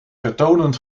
vertonen